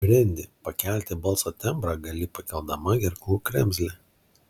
brendi pakelti balso tembrą gali pakeldama gerklų kremzlę